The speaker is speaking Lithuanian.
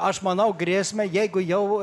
aš manau grėsmę jeigu jau